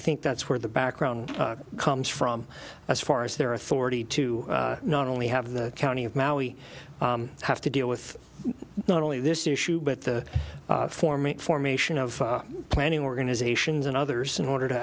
think that's where the background comes from as far as their authority to not only have the county of maui have to deal with not only this issue but the form a formation of planning organizations and others in order to